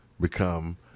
become